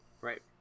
Right